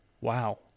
wow